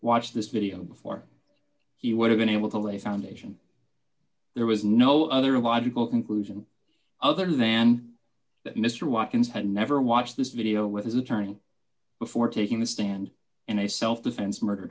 watched this video before he would have been able to lay a foundation there was no other logical conclusion other than that mr watkins had never watched this video with his attorney before taking the stand and a self defense murder